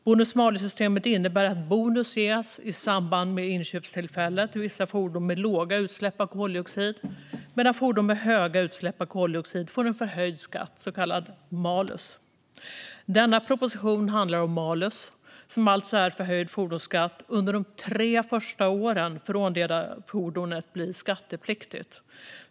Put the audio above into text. Bonus-malus-systemet innebär att bonus ges i samband med inköpstillfället för vissa fordon med låga utsläpp av koldioxid medan fordon med höga utsläpp av koldioxid får en förhöjd skatt, så kallad malus. Denna proposition handlar om malus, som alltså är en förhöjd fordonsskatt under de tre första åren från det att fordonet blir skattepliktigt.